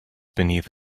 beneath